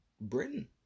Britain